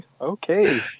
Okay